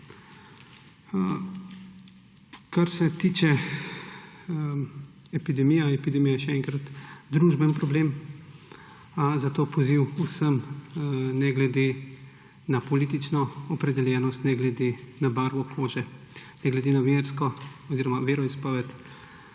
Kar se tiče epidemije. Epidemija je, še enkrat, družben problem, zato poziv vsem – ne glede na politično opredeljenost, ne glede na barvo kože, ne glede na veroizpoved,